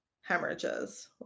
hemorrhages